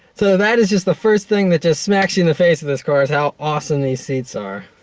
so, that is just the first thing that just smacks you in the face of this car, is how awesome these seats are.